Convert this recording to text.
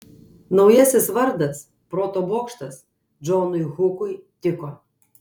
naujasis vardas proto bokštas džonui hukui tiko